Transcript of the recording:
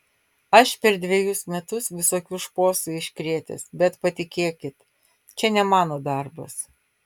aš per dvejus metus visokių šposų iškrėtęs bet patikėkit čia ne mano darbas